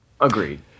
agreed